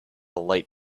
light